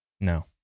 no